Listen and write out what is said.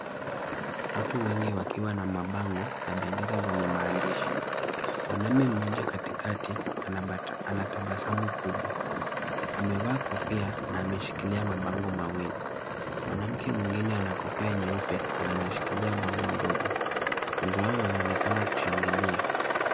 Watu wengi wakiwa na mabango na bendera zenye maandishi. Mwanaume mmoja katikati ana tabasamu kubwa. Amevaa kofia, na ameshikilia mabango mawili. Mwanamke mwingine ana kofia nyeupe na anashikilia bango ndogo. Wengi wao wanaonekana kushangilia.